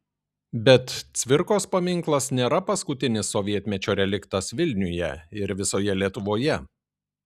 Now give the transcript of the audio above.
bet cvirkos paminklas nėra paskutinis sovietmečio reliktas vilniuje ir visoje lietuvoje